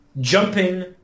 Jumping